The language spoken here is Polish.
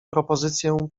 propozycję